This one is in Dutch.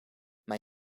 mij